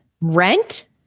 rent